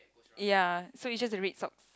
ya so it's just the red socks